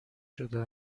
شده